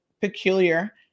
peculiar